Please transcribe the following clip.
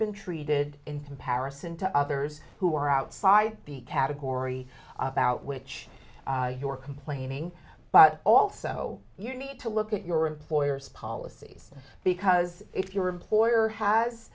been treated in comparison to others who are outside the category about which you are complaining but also you need to look at your employer's policy because if your employer has